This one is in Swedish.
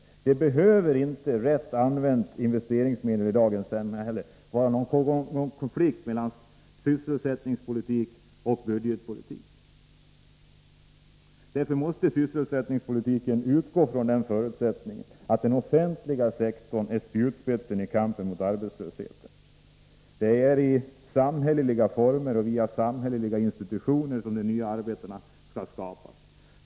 Investeringsmedel behöver inte rätt använda innebära någon konflikt mellan sysselsättningspolitik och budgetpolitik. Därför måste sysselsättningspolitiken utgå från den förutsättningen att den offentliga sektorn är spjutspetsen i kampen mot arbetslösheten. Det är i samhälleliga former och via samhälleliga institutioner som de nya arbetena skall skapas.